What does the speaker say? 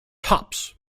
tops